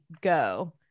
go